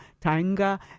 Tanga